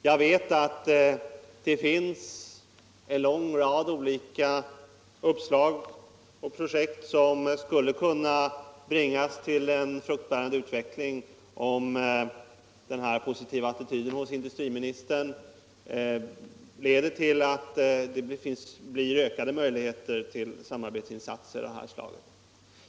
Jag vet att det finns en lång rad olika uppslag och projekt som skulle kunna bringas till en frukt 181 bärande utveckling om den här positiva attityden hos industriministern leder till att det blir ökade möjligheter till sådana samarbetsinsatser.